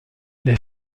les